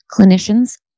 clinicians